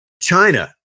China